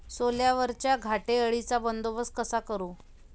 सोल्यावरच्या घाटे अळीचा बंदोबस्त कसा करू?